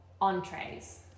entrees